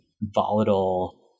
volatile